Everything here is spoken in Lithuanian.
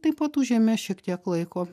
taip pat užėmė šiek tiek laiko